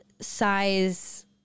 size